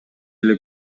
эле